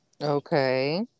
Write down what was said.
Okay